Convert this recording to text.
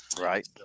right